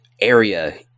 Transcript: area